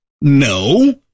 No